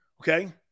okay